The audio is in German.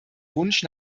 wunsch